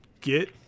get